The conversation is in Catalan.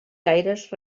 gaires